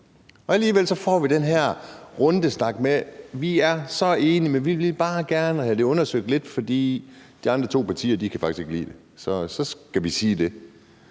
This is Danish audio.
Alligevel får vi den her rundesnak med, at man er så enig, og at man bare gerne vil have det undersøgt lidt, fordi de andre to partier faktisk ikke kan lide det, og så skal vi sige det.